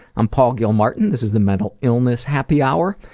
i'm paul gilmartin. this is the mental illness happy hour,